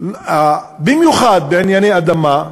במיוחד בענייני אדמה,